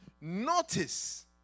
Notice